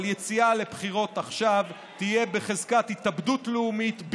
אבל יציאה לבחירות עכשיו תהיה בחזקת התאבדות לאומית,